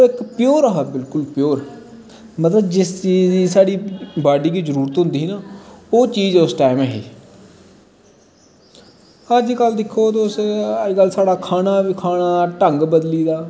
ते इक प्योर हा बिल्कुल प्योर मतलव जिस चीज़ दा साढ़ी बॉडी गी जरूरत होंदी ही ना ओह् चीज़ उस टाईम ही अज कल दिक्खो तुस अज कल साढ़ा खाना खाने दा ढंग बदली दा